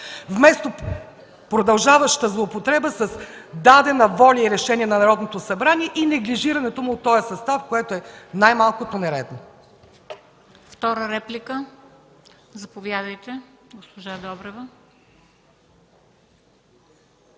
вместо продължаваща злоупотреба с дадена воля и решение на Народното събрание и неглижирането му от този състав, което е най-малкото нередно.